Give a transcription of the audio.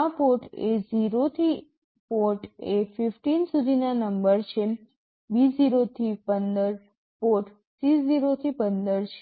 આ port A0 થી port A15 સુધીના નંબર છે B0 થી 15 પોર્ટ C0 થી 15 છે